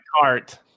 cart